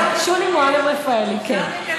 שולי מועלם-רפאלי, כן.